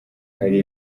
hari